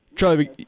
Charlie